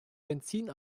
benzin